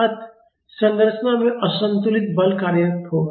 अतः संरचना में असंतुलित बल कार्यरत होगा